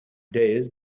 days